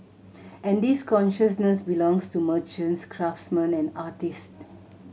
and this consciousness belongs to merchants craftsman and artist